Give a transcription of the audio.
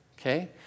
Okay